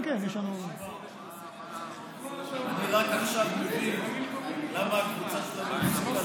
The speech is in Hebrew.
אני רק עכשיו מבין למה אז אני מדבר